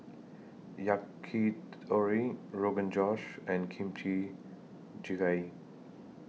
Yakitori Rogan Josh and Kimchi Jjigae